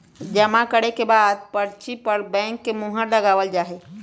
जमा करे के बाद पर्ची पर बैंक के मुहर लगावल जा हई